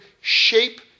shape